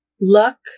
luck